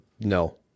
No